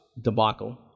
debacle